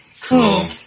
Cool